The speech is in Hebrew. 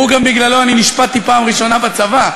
בגללו אני נשפטתי בפעם הראשונה בצבא,